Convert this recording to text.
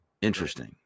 Interesting